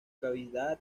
cavidad